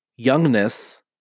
Youngness